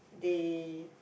they